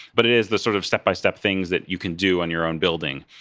but it is the sort of step by step things that you can do on your own building.